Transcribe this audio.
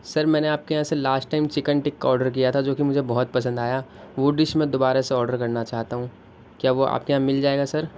سر میں نے آپ کے یہاں سے last time chicken tikka order کیا تھا جو کہ مجھے بہت پسند آیا وہ ڈش میں دوبارہ سے آڈر کرنا چاہتا ہوں کیا وہ آپ کے یہاں مل جائے گا سر